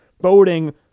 voting